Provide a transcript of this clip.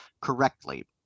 correctly